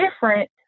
different